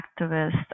activists